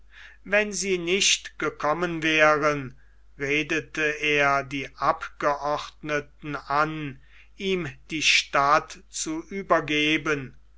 wenn sie nicht gekommen wären redete er die abgeordneten an ihm die stadt zu übergeben